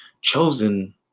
Chosen